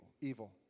evil